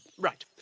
right.